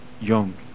young